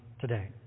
today